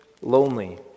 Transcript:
lonely